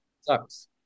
sucks